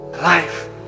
life